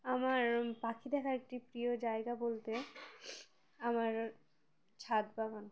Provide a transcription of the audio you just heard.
আমার পাখি দেখার একটি প্রিয় জায়গা বলতে আমার ছাদ বাগান